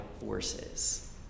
forces